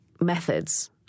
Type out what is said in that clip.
methods